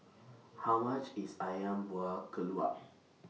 How much IS Ayam Buah Keluak